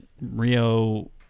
Rio